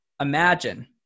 Imagine